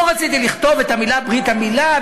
לא רציתי לכתוב את המילים "ברית המילה",